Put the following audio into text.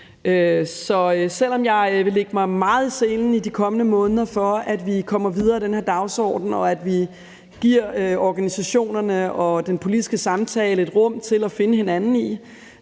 Så selv om jeg vil lægge mig meget i selen i de kommende måneder, for at vi kommer videre i den her dagsorden og at vi giver organisationerne og den politiske samtale et rum til at finde hinanden i